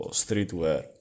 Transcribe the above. streetwear